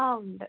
ആ ഉണ്ട്